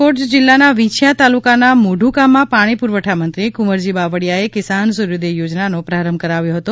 રાજકોટ જિલ્લાના વીંછીયા તાલુકાના મોઢુકામાં પાણી પુરવઠામંત્રી કુંવરજી બાવળીયાએ કિસાન સૂર્યોદય યોજનાનો પ્રારંભ કરાવ્યો હતો